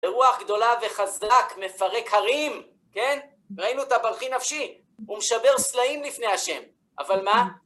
ברוח גדולה וחזק, מפרק הרים, כן? ראינו את הפלחי נפשי? הוא משבר סלעים לפני השם. אבל מה?